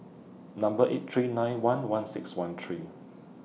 Number eight three nine one one six one three